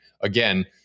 again